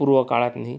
पूर्व काळात